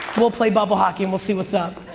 we'll play bubble hockey and we'll see what's up.